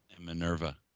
Minerva